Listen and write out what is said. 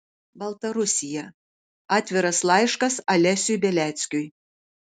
baltarusija atviras laiškas alesiui beliackiui